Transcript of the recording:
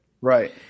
Right